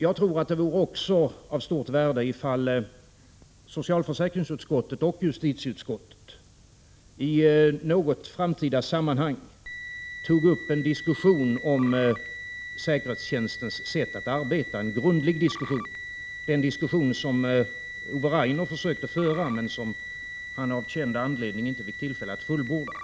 Jag tror att det vore av stort värde ifall socialförsäkringsutskottet och justitieutskottet i något framtida sammanhang tog upp en diskussion om säkerhetstjänstens sätt att arbeta — en grundlig diskussion, den diskussion som Ove Rainer försökte föra men som han av känd anledning inte fick tillfälle att fullborda.